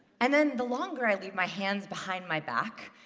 and then, the longer i leave my hands behind my back,